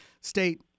state